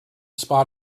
spot